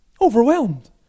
Overwhelmed